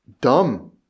dumb